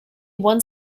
one